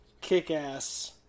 Kick-Ass